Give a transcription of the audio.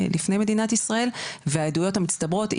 מדינת ישראל והעדויות המצטברות,